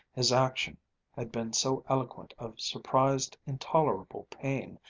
his action had been so eloquent of surprised, intolerable pain,